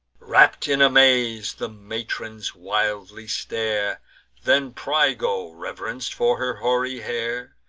wrapp'd in amaze, the matrons wildly stare then pyrgo, reverenc'd for her hoary hair,